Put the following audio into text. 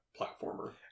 platformer